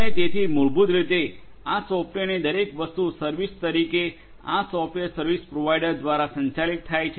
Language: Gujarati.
અને તેથી મૂળભૂત રીતે આ સોફ્ટવેરની દરેક વસ્તુ સર્વિસ તરીકે આ સોફ્ટવેર સર્વિસ પ્રોવાઇડર દ્વારા સંચાલિત થાય છે